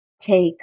take